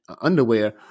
underwear